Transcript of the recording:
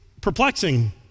perplexing